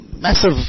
massive